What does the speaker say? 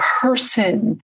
person